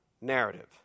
narrative